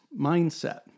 mindset